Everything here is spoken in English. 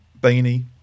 beanie